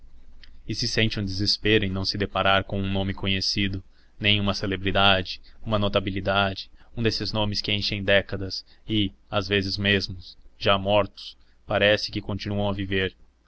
e se sente um desespero em não se deparar com um nome conhecido nem uma celebridade uma notabilidade um desses nomes que enchem décadas e às vezes mesmo já mortos parece que continuam a viver